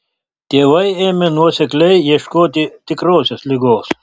tėvai ėmė nuosekliai ieškoti tikrosios ligos